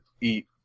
eat